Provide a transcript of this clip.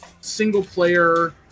single-player